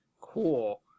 Cool